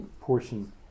portion